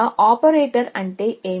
operator అంటే ఏమిటి